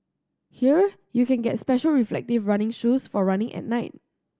here you can get special reflective running shoes for running at night